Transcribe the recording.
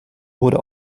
wurde